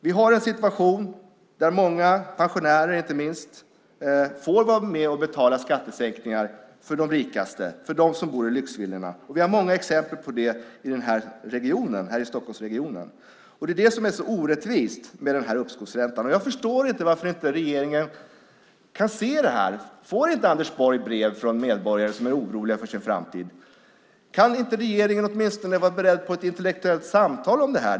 Vi har en situation där många, pensionärer inte minst, får vara med och betala skattesänkningar för de rikaste i lyxvillorna. Vi har många exempel på det här i Stockholmsregionen. Det är det som är så orättvist med uppskovsräntan. Jag förstår inte varför regeringen inte kan se detta. Får inte Anders Borg brev från medborgare som är oroliga för sin framtid? Kan inte regeringen åtminstone vara beredd på ett intellektuellt samtal om detta?